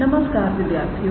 नमस्कार विद्यार्थियों